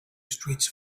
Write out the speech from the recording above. streets